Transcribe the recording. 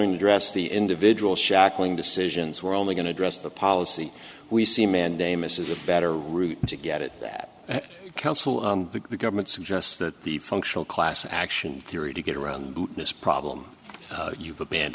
address the individual shackling decisions we're only going to dress the policy we see mandamus is a better route to get it that council the government suggests that the functional class action theory to get around this problem you've aband